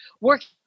working